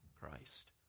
Christ